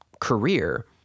career